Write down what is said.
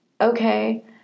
okay